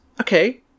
Okay